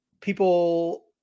People